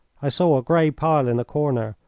i saw a grey pile in a corner,